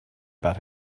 about